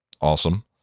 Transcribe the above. awesome